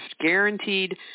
guaranteed